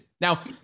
Now